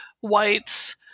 whites